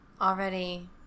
already